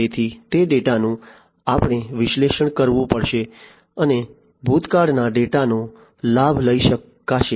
તેથી તે ડેટાનું આપણે વિશ્લેષણ કરવું પડશે અને ભૂતકાળના ડેટાનો લાભ લઈ શકાશે